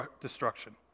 destruction